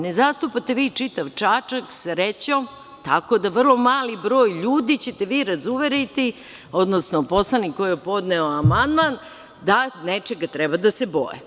Ne zastupate vi čitav Čačak, srećom, tako da vrlo mali broj ljudi ćete vi razuveriti, odnosno poslanik koji je podneo amandman, da nečega treba da se boje.